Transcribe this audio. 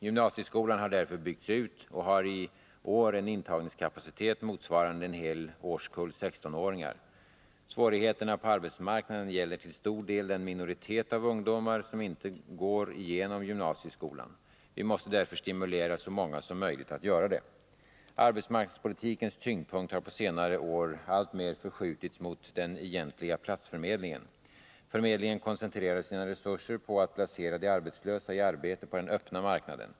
Gymnasieskolan har därför byggts ut och har i år en intagningskapacitet motsvarande en hel årskull 16-åringar. Svårigheterna på arbetsmarknaden gäller till stor del den minoritet av ungdomar som inte går igenom gymnasieskolan. Vi måste därför 101 stimulera så många som möjligt att göra det. Arbetsmarknadspolitikens tyngdpunkt har på senare år alltmer förskjutits mot den egentliga platsförmedlingen. Förmedlingen koncentrerar sina resurser på att placera de arbetslösa i arbete på den öppna marknaden.